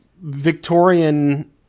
Victorian